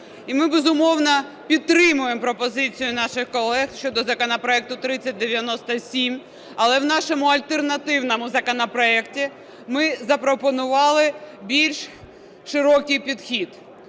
І ми, безумовно, підтримуємо пропозицію наших колег щодо законопроекту 3097, але в нашому альтернативному законопроекті ми запропонували більш широкий підхід.